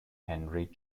henry